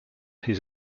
his